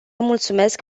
mulțumesc